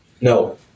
No